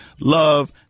love